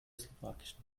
slowakischen